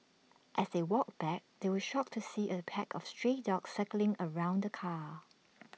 as they walked back they were shocked to see A pack of stray dogs circling around the car